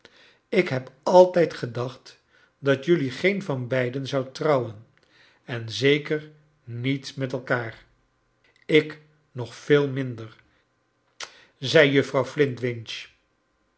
ik heb altijd ge dacht dat jelui geen van beiden zoudt j trouwen en zeker niet met elkaar j lk nog veel minder zei juffrouw